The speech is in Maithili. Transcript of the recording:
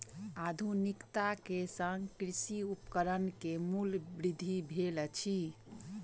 आधुनिकता के संग कृषि उपकरण के मूल्य वृद्धि भेल अछि